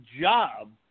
job